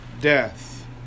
death